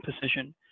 position